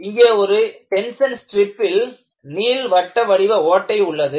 இங்கே ஒரு டென்ஷன் ஸ்ட்ரிப்பில் நீள்வட்ட வடிவ ஓட்டை உள்ளது